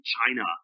China